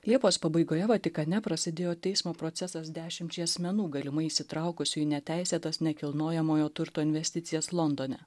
liepos pabaigoje vatikane prasidėjo teismo procesas dešimčiai asmenų galimai įsitraukusiųjų į neteisėtas nekilnojamojo turto investicijas londone